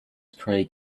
craig